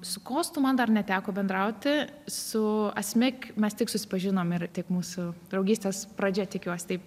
su kostu man dar neteko bendrauti su asmik mes tik susipažinom ir tik mūsų draugystės pradžia tikiuos taip